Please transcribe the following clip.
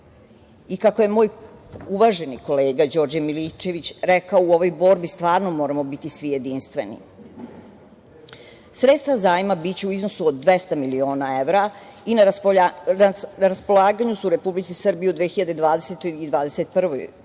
i, kako je moj uvaženi kolega Đorđe Milićević rekao, u ovoj borbi stvarno moramo biti svi jedinstveni. Sredstva zajma biće u iznosu od 200 miliona evra i na raspolaganju su Republici Srbiji u 2020. i 2021.